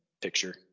picture